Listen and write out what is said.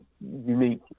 unique